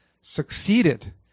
succeeded